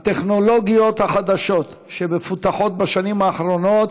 הטכנולוגיות החדשות שמפותחות בשנים האחרונות